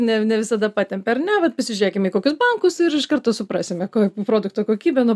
ne ne visada patempia ar ne vat pasižiūrėkim į kokius bankus ir iš karto suprasime kuo produkto kokybė nuo